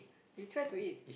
you try to eat